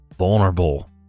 vulnerable